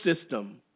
system